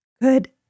good